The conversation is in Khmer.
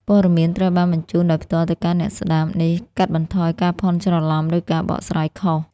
ព័ត៌មានត្រូវបានបញ្ជូនដោយផ្ទាល់ទៅកាន់អ្នកស្ដាប់ នេះកាត់បន្ថយការភ័ន្តច្រឡំ ឬការបកស្រាយខុស។